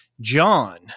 John